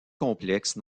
complexes